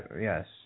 Yes